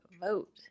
vote